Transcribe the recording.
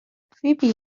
فیبی